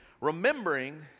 remembering